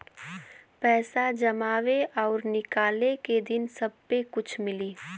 पैसा जमावे और निकाले के दिन सब्बे कुछ मिली